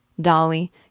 Dolly